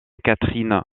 catherine